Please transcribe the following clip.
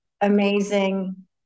amazing